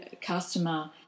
customer